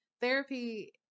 therapy